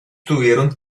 tuvieron